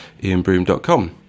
ianbroom.com